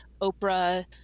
Oprah